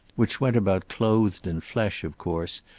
which went about clothed in flesh, of course,